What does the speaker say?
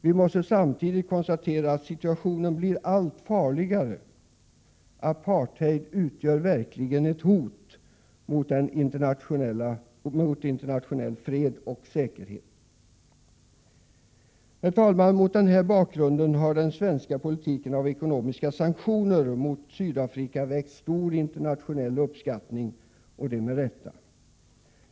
Vi måste samtidigt konstatera att situationen blir allt farligare; apartheid utgör verkligen ett hot mot internationell fred och säkerhet. Herr talman! Mot denna bakgrund har den svenska politiken med ekonomiska sanktioner mot Sydafrika väckt stor internationell uppskattning — och det med rätta.